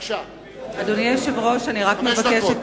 התשס"ח 2008. בבקשה, חמש דקות.